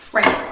Right